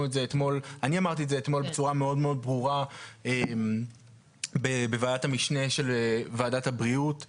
אני אמרתי את זה אתמול בצורה מאוד ברורה בוועדת המשנה של ועדת הבריאות,